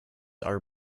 are